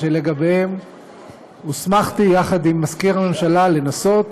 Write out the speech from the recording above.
ולגביהם הוסמכתי יחד עם מזכיר הממשלה לנסות